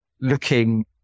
looking